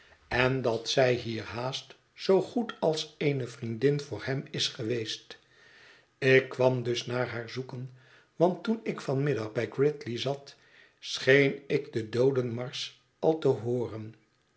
en dat zij hier haast zoo goed als eene vriendin voor hem is geweest ik kwam dus naar haar zoeken want toen ik van middag bij gridley zat scheen ik den doodenmarsch al te hooren